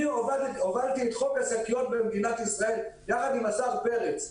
אני הובלתי את חוק השקיות במדינת ישראל יחד עם השר פרץ.